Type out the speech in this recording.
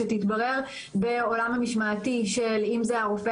שתתברר בעולם המשמעתי של אם זה הרופא